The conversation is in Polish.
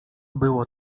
było